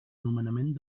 nomenament